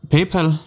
Paypal